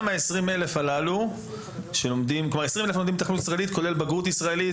ה-20 אלף הללו לומדים תוכנית ישראלית כולל בגרות ישראלית,